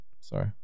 Sorry